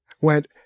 went